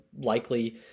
likely